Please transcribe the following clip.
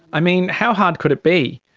i mean, how hard could it be?